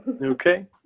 Okay